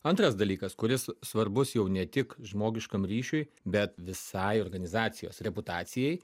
antras dalykas kuris svarbus jau ne tik žmogiškam ryšiui bet visai organizacijos reputacijai